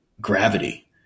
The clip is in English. gravity